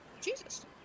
Jesus